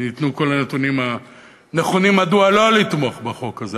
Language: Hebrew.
ניתנו כל הנתונים הנכונים מדוע לא לתמוך בחוק הזה.